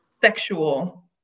sexual